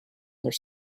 their